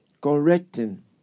correcting